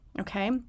Okay